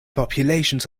populations